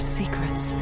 secrets